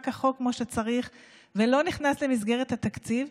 חוק כמו שצריך וזה לא נכנס למסגרת התקציב,